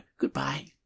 Goodbye